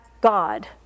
God